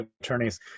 attorneys